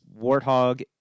Warthog